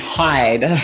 hide